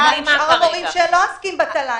מה עם כל המורים שלא עוסקים בתל"ן?